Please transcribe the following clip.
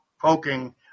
poking